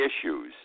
issues